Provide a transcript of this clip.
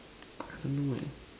I don't know eh